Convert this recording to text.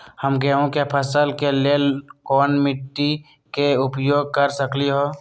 हम गेंहू के फसल के लेल कोन मिट्टी के उपयोग कर सकली ह?